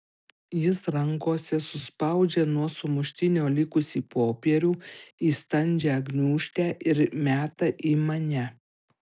jis rankose suspaudžia nuo sumuštinio likusį popierių į standžią gniūžtę ir meta į mane